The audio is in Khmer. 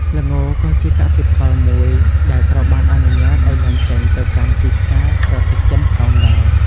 ល្ងក៏ជាកសិផលមួយដែលត្រូវបានអនុញ្ញាតឱ្យនាំចេញទៅកាន់ទីផ្សារប្រទេសចិនផងដែរ។